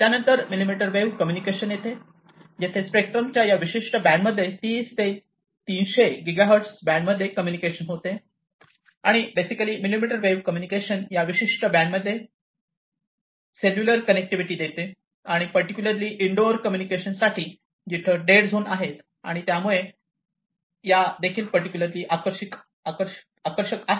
त्यानंतर millimetre wave communication येते जेथे स्पेक्ट्रमच्या या विशिष्ट बँडमध्ये 30 ते 300 गीगा हर्ट्ज बँडमध्ये कम्युनिकेशन होते आणि बेसिकली मिलिमीटर वेव्ह कम्युनिकेशन या विशिष्ट बँडमध्ये सेल्युलर कनेक्टिव्हिटी देते आणि पर्टिक्युलरली इनडोअर कम्युनिकेशनसाठी जिथे डेड झोन आहेत आणि त्यामुळे या देखील पर्टिक्युलरली आकर्षक आहे